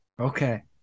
Okay